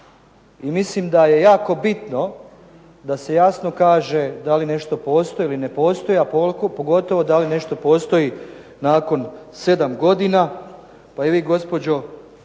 i mislim da je jako bitno da se jasno kaže da li nešto postoji ili ne postoji, a pogotovo da li nešto postoji nakon 7 godina, pa i vi gospođo